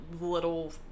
little